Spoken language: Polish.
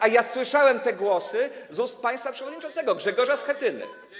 A ja słyszałem te głosy z ust państwa przewodniczącego Grzegorza Schetyny.